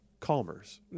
Calmers